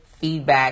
feedback